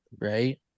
right